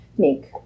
Make